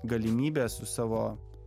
galimybė su savo